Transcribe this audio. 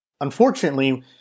Unfortunately